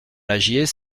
lagier